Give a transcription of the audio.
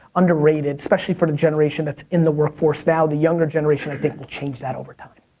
underrated. especially for the generation that's in the workforce now. the younger generation i think will change that over time.